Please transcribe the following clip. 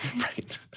Right